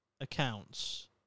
accounts